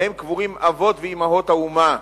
שבהם קבורים אבות ואמהות האומה,